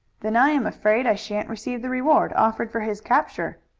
then i am afraid i shan't receive the reward offered for his capture.